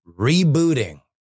rebooting